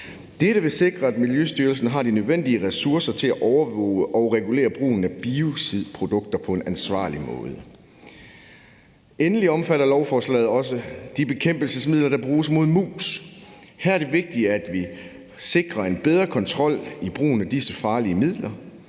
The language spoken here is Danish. Dette vil sikre, at Miljøstyrelsen har de nødvendige ressourcer til at overvåge og regulere brugen af biocidprodukter på en ansvarlig måde. Endelig omfatter lovforslaget også de bekæmpelsesmidler, der bruges mod mus. Her er det vigtigt, at vi sikrer en bedre kontrol i brugen af disse farlige midler.